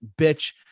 bitch